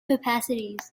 capacities